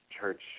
church